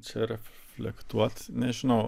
čia reflektuot nežinau